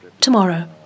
tomorrow